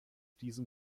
diesem